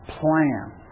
plan